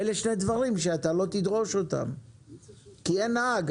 אלה שני דברים שאתה לא תדרוש אותם כי אין נהג,